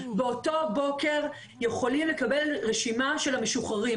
באותו בוקר יכולים לקבל רשימה של המשוחררים.